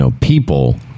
people